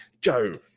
Joe